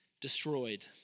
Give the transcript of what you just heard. destroyed